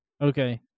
Okay